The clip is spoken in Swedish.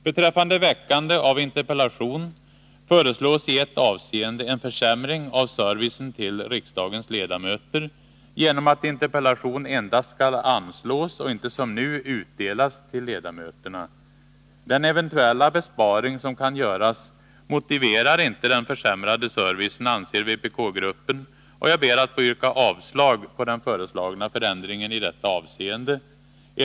Beträffande framställning av interpellation föreslås i ett avseende en försämring av servicen till riksdagens ledamöter, genom att interpellation endast skall anslås och inte som nu utdelas till ledamöterna. Den eventuella besparing som kan göras motiverar inte den försämrade servicen, anser vpk-gruppen. Jag ber att få yrka avslag på den föreslagna förändringen i detta avseende.